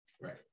Right